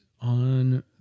on